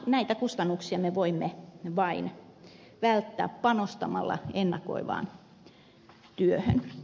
näitä kustannuksia me voimme välttää vain panostamalla ennakoivaan työhön